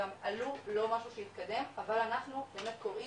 גם עלו, לא משהו שהתקדם, אבל אנחנו באמת קוראים,